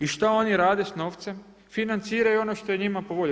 I šta oni rade sa novcem, financiraju ono što je njima po volji.